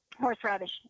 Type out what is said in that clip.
horseradish